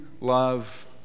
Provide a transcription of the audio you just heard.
love